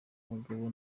abagabo